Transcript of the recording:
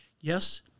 Yes